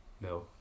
No